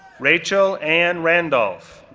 rachel ann randolph,